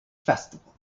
festival